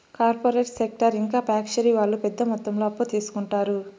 corporate sector ఇంకా factory వాళ్ళు పెద్ద మొత్తంలో అప్పు తీసుకుంటారు